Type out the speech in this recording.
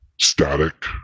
static